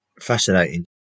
fascinating